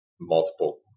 multiple